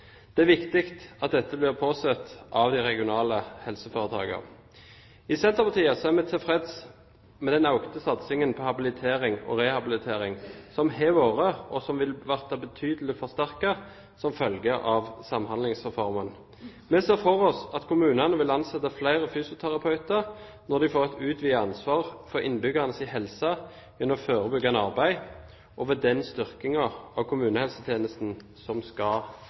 Det er viktig at de regionale helseforetakene påser dette. I Senterpartiet er vi tilfreds med den økte satsingen på habilitering og rehabilitering som har vært, og som vil bli betydelig forsterket som følge av Samhandlingsreformen. Vi ser for oss at kommunene vil ansette flere fysioterapeuter når de får et utvidet ansvar for innbyggernes helse gjennom forebyggende arbeid, og ved den styrkingen av kommunehelsetjenesten som skal